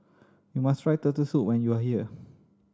you must try Turtle Soup when you are here